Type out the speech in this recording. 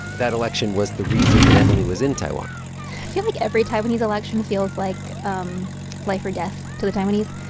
that election was the reason that emily was in taiwan i feel like every taiwanese election feels like um life or death to the taiwanese.